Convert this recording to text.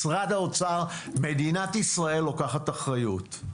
משרד האוצר, מדינת ישראל לוקחת אחריות.